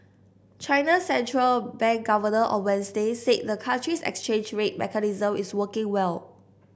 China's central bank governor on Wednesday said the country's exchange rate mechanism is working well